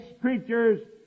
creatures